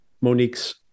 Monique's